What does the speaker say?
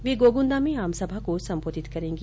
वे गोगुन्दा में आमसभा को सम्बोधित करेगी